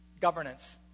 governance